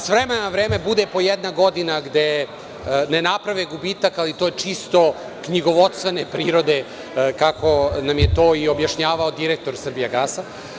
S vremena na vreme bude po jedna godina gde ne naprave gubitak, ali to je čisto knjigovodstvene prirode, kako nam je to i objašnjavao direktor „Srbijagasa“